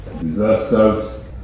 Disasters